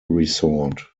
resort